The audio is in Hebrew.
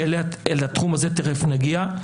ולתחום הזה תכף נגיע.